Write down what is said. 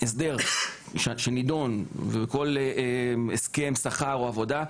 הסדר שנידון ובכל הסכם שכר או עבודה,